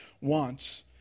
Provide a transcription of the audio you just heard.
wants